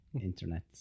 Internet